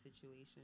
situation